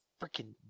freaking